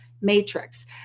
matrix